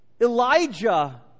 Elijah